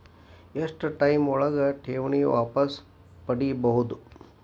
ಎಷ್ಟು ಟೈಮ್ ಒಳಗ ಠೇವಣಿ ವಾಪಸ್ ಪಡಿಬಹುದು?